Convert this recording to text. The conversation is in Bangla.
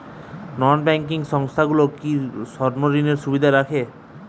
নন ব্যাঙ্কিং সংস্থাগুলো কি স্বর্ণঋণের সুবিধা রাখে?